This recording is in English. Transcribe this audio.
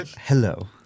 Hello